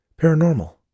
Paranormal